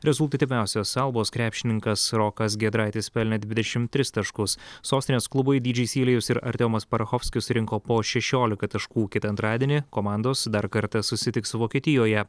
rezultatyviausias albos krepšininkas rokas giedraitis pelnė dvidešimt tris taškus sostinės klubui dydžei sylėjus ir artiomas parachovskis rinko po šešiolika taškų kitą antradienį komandos dar kartą susitiks vokietijoje